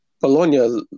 Bologna